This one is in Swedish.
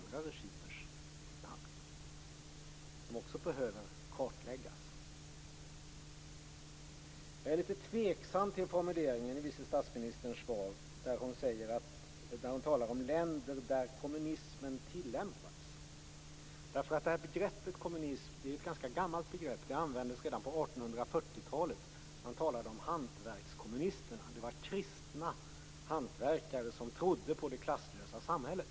Det är också något som behöver kartläggas. Jag är litet tveksam till en formulering i vice statsministerns svar. Hon talar om länder där kommunismen tillämpades. Begreppet kommunism är ju ett ganska gammalt begrepp. Det användes redan på 1840-talet, då man talade om hantverkskommunisterna. Det var kristna hantverkare som trodde på det klasslösa samhället.